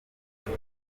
izi